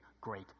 great